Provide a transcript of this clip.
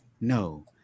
no